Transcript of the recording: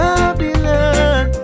Babylon